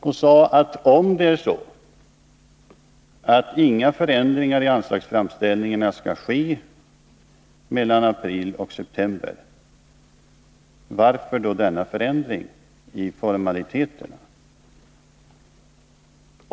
Jag sade, att om det är så att inga förändringar i anslagsframställningarna skall ske mellan april och september, varför då denna förändring i formaliteterna?